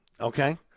okay